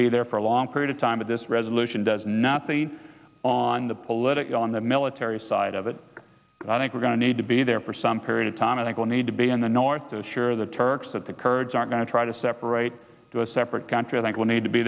be there for a long period of time with this resolution does nothing on the political and the military side of it i think we're going to need to be there for some period of time and it will need to be in the north assure the turks that the kurds are going to try to separate a separate country i think will need to be